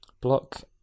block